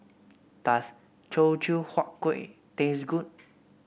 does Teochew Huat Kueh taste good